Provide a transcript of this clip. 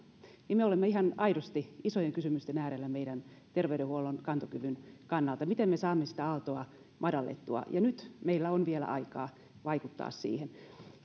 niin me olemme ihan aidosti isojen kysymysten äärellä meidän terveydenhuollon kantokyvyn kannalta miten me saamme sitä aaltoa madallettua ja nyt meillä on vielä aikaa vaikuttaa siihen